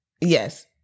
Yes